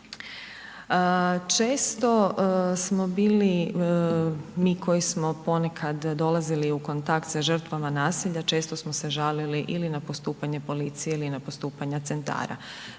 Često smo bili mi koji smo ponekad dolazili u kontakt sa žrtvama nasilja često smo se žalili ili na postupanje policije, ili na postupanja centara.